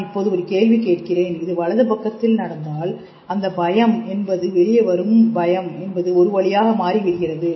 நான் இப்போது ஒரு கேள்வி கேட்கிறேன் இது வலதுபக்கத்தில் நடந்தால் அந்த பயம் என்பது வெளியே வரும் பயம் என்பது ஒரு வழியாக மாறிவிடுகிறது